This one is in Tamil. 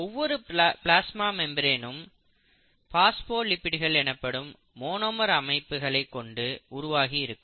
ஒவ்வொரு பிளாஸ்மா மெம்பிரேனும் பாஸ்போலிப்பிடுகள் எனப்படும் மோனோமர் அமைப்புகளை கொண்டு உருவாகி இருக்கும்